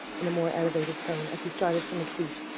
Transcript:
in a more elevated tone, as he started from his seat,